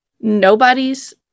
Nobody's